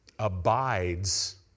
abides